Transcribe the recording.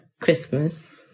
Christmas